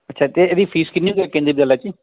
ਅੱਛਾ ਅਤੇ ਇਹਦੀ ਫੀਸ ਕਿੰਨੀ ਕੁ ਹੈ ਕੇਂਦਰੀ ਵਿਦਿਆਲਿਆ 'ਚ ਜੀ